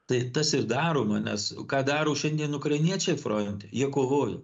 tai tas ir daroma nes ką daro šiandien ukrainiečiai fronte jie kovoja